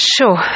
Sure